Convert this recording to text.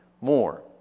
more